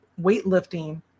weightlifting